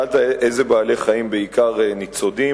אילו בעלי-חיים בעיקר ניצודים?